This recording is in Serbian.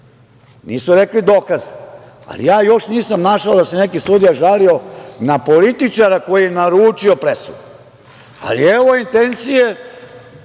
nisu rekli dokaze, ali još nisam našao da se neki sudija žalio na političara koji je naručio presudu, ali evo intencije